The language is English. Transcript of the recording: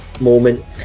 moment